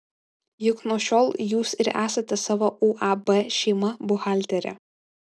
juk nuo šiol jūs ir esate savo uab šeima buhalterė